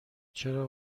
چرا